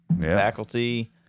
Faculty